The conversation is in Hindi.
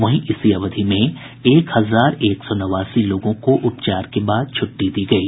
वहीं इसी अवधि में एक हजार एक सौ नवासी लोगों को उपचार के बाद छुट्टी दी गयी